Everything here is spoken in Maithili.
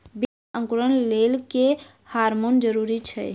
बीज अंकुरण लेल केँ हार्मोन जरूरी छै?